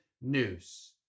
news